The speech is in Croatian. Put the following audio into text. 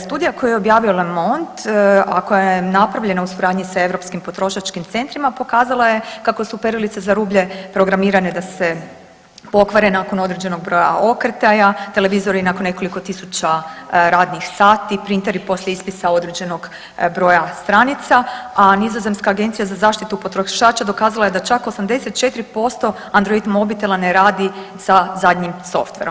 Studija koju je objavio Lamont, a koja je napravljena u suradnji s europskim potrošačkim centrima pokazala je kako su perilice za rublje programirane da se pokvare nakon određenog broja okretaja, televizori nakon nekoliko tisuća radnih sati, printeri poslije ispisa određenog broja stranica, a nizozemska agencija za zaštitu potrošača dokazala je da čak 84% android mobitela ne radi sa zadnjim softverom.